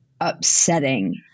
upsetting